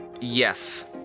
Yes